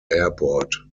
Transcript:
airport